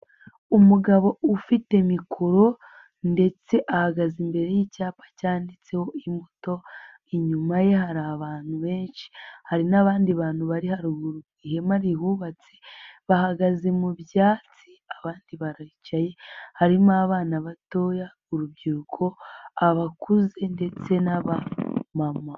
Umugabo ufite mikoro ndetse ahagaze imbere y'icyapa cyanditseho imbuto, inyuma ye hari abantu benshi, hari n'abandi bantu bari haruguru mu ihema rihubatse, bahagaze mu byatsi, abandi baricaye, harimo abana batoya, urubyiruko, abakuze ndetse n'abamama.